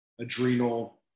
adrenal